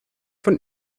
von